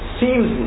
seems